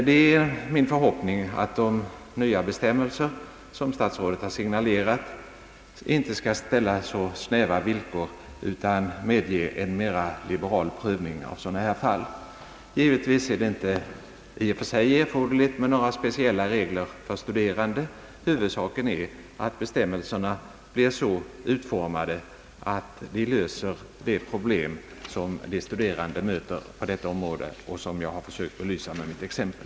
Det är min förhoppning att de nya bestämmelser som statsrådet har signalerat inte skall innehålla så snäva villkor utan kommer att medge en mera liberal prövning av sådana fall som detta. Givetvis är det inte i och för sig erforderligt med några specialregler för studerande. Huvudsaken är att bestämmelserna blir så utformade att de löser de problem som de studerande möter på detta område och som jag har försökt belysa med mitt exempel.